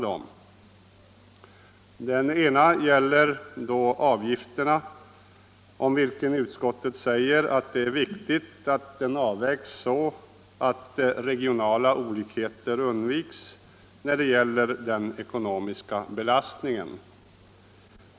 Det ena gäller skyddsrumsavgiften, om vilken utskottet säger att det är viktigt att den avvägs så att regionala olikheter undviks när det gäller den ekonomiska belastningen.